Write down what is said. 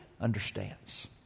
understands